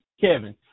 Kevin